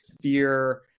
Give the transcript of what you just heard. fear